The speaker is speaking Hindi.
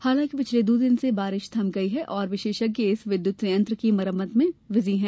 हालांकि पिछले दो दिन से बारिश थम गई है और विशेषज्ञ इस विद्युत सयंत्र की मरम्मत में व्यस्त हैं